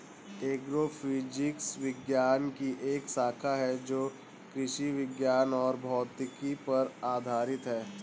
agrophysics विज्ञान की एक शाखा है जो कृषि विज्ञान और भौतिकी पर आधारित है